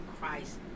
Christ